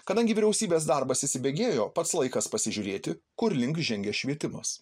kadangi vyriausybės darbas įsibėgėjo pats laikas pasižiūrėti kur link žengia švietimas